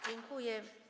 Dziękuję.